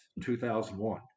2001